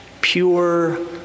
Pure